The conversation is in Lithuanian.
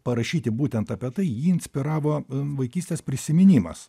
parašyti būtent apie tai jį inspiravo vaikystės prisiminimas